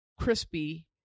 crispy